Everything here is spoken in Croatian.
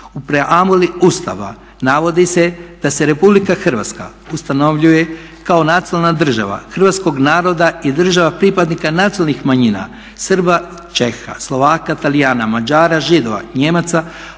u preambuli Ustava navodi se da se Republika Hrvatska ustanovljuje kao nacionalna država Hrvatskog naroda i država pripadnika nacionalnih manjina Srba, Čeha, Slovaka, Talijana, Mađara, Židova, Nijemaca,